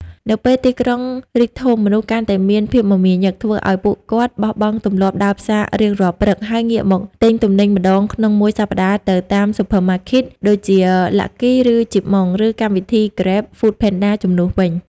នៅពេលទីក្រុងរីកធំ មនុស្សកាន់តែមានភាពមមាញឹក ធ្វើឱ្យពួកគាត់បោះបង់ទម្លាប់ដើរផ្សាររៀងរាល់ព្រឹក ហើយងាកមកទិញទំនិញម្ដងក្នុងមួយសប្ដាហ៍នៅតាម Supermarkets (ដូចជា Lucky ឬ Chip Mong) ឬកម្មវិធី Grab/Foodpanda ជំនួសវិញ។